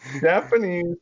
Japanese